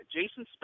Jason